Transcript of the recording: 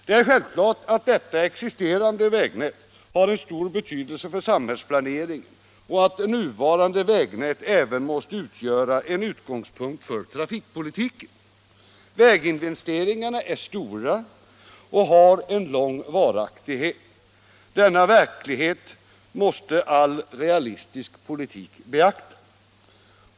Det är självklart att detta existerande vägnät har stor betydelse för samhällsplaneringen och att det även måste utgöra en utgångspunkt för trafikpolitiken. Väginvesteringarna är stora och har lång varaktighet. Denna verklighet måste all realistisk trafikpolitik beakta.